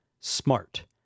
smart